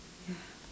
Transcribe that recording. ya